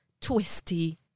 twisty